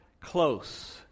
close